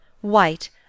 white